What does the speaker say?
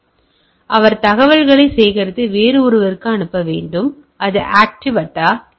எனவே அவர்கள் தகவல்களைச் சேகரித்து வேறு ஒருவருக்கு அனுப்ப வேண்டும் அது ஆக்டிவ் அட்டாக்கு செல்கிறது